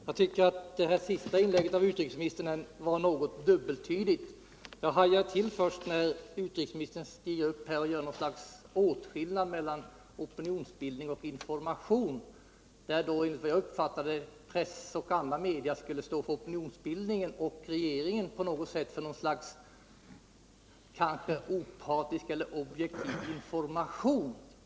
Herr talman! Jag tycker att utrikesministerns sista inlägg var något dubbeltydigt. Jag hajade först till när utrikesministern gjorde något slags åtskillnad mellan opinionsbildning och information, där som jag uppfattade det press och andra media skulle stå för opinionsbildningen och regeringen kanske för något slags objektiv information.